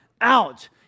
out